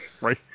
Right